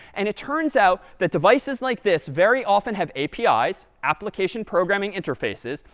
and it turns out that devices like this very often have apis, application programming interfaces,